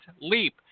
Leap